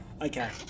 Okay